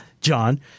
John